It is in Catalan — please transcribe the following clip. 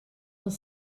els